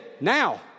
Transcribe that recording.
now